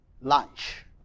lunch